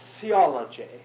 theology